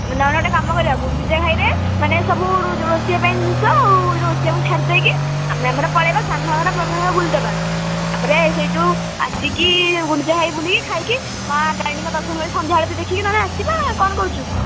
ନହେଲେ ଗୋଟେ କାମ କରିବା ଗୁଣ୍ଡିଚାଘାଗୀରେ ମାନେ ସବୁ ରୋଷେଇ ପାଇଁ ଜିନିଷ ଆଉ ରୋଷେୟାଙ୍କୁ ଛାଡ଼ିଦେଇକି ଆମେ ଆମର ପଳେଇବା ସାନଘାଗରା ବଡ଼ଘାଗରା ବୁଲିଦେବା ତା'ପରେ ସେଇ ଯେଉଁ ଆସିକି ଗୁଣ୍ଡିଚାଘାଗୀ ବୁଲିକି ଖାଇକି ମା ତାରିଣୀଙ୍କ ଦର୍ଶନ କରିକି ସନ୍ଧ୍ୟା ଆଳତି ଦେଖିକି ନହେଲେ ଆସିବା କ'ଣ କହୁଛୁ